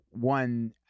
one